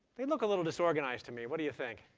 they look a little disorganized to me. what do you think?